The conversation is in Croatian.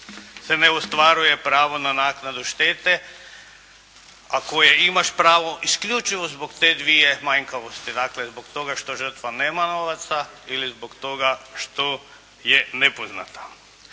se ne ostvaruje pravo na naknadu štete, a koje imaš pravo isključivo zbog te dvije manjkavosti, dakle zbog toga što žrtva nema novaca ili zbog toga što je nepoznata.